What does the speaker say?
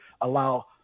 allow